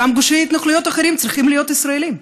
גם גושי התנחלויות אחרים צריכים להיות ישראליים.